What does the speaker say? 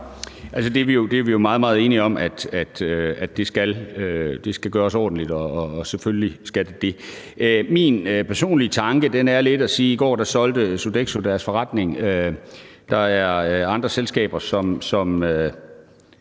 meget, meget enige om, at det skal gøres ordentligt, selvfølgelig skal det det. I går solgte Sodexo deres forretning. Der er andre selskaber, som